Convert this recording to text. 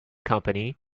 company